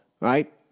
right